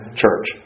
church